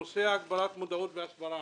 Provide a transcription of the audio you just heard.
נושא הגברת מודעות והסברה.